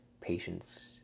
Patience